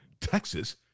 Texas